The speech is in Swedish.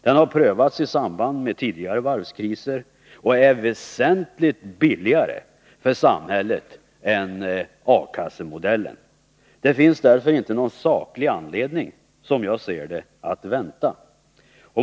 Den har prövats i samband med tidigare varvskriser och är väsentligt billigare för samhället än A-kassemodellen. Det finns därför inte någon saklig anledning, som jag ser det, att vänta.